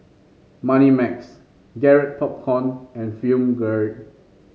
Moneymax Garrett Popcorn and Film Grade